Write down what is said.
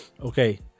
Okay